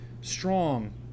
strong